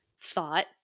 thought